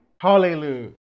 hallelujah